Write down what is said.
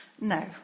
No